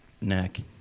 neck